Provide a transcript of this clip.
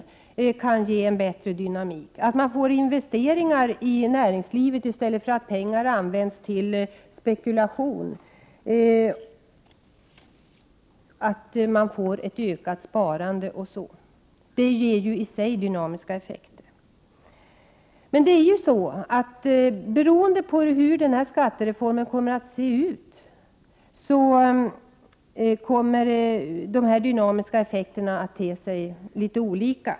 Det kan ge en bättre dynamik. Att investeringar görs i näringslivet, i stället för att pengar används till spekulation, och att sparandet ökar ger i sig dynamiska effekter. Beroende på hur skattereformen kommer att se ut, kommer de dynamiska effekterna att te sig litet olika.